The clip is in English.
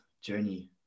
journey